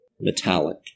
metallic